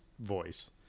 voice